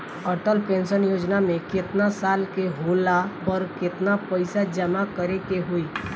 Atal pension योजना मे केतना साल के होला पर केतना पईसा जमा करे के होई?